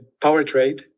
PowerTrade